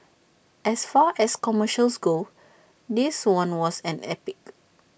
as far as commercials go this one was an epic